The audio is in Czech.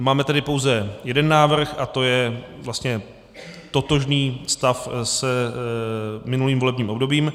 Máme tedy pouze jeden návrh a to je vlastně totožný stav s minulým volebním obdobím.